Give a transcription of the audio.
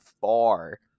far